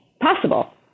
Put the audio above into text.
possible